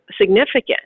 significant